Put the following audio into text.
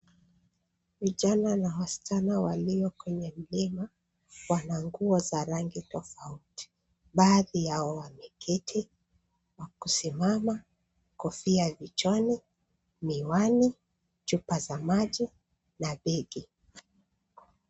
Vijana na wasichana walio kwenye mlima, wana nguo za rangi tofauti, baadhi yao, wameketi, kusimama, kofia vichwani, miwani, chupa za maji, na begi.